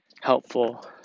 helpful